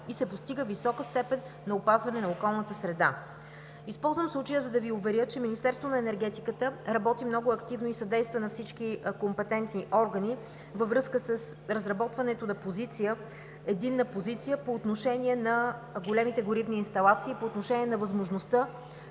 и се постига висока степен на опазване на околната среда. Използвам случая да Ви уверя, че Министерството на енергетиката работи много активно и съдейства на всички компетентни органи във връзка с разработването на единна позиция по отношение на големите горивни инсталации по отношение на възможността